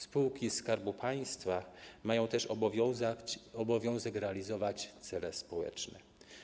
Spółki Skarbu Państwa mają też obowiązek realizować cele społeczne.